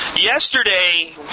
Yesterday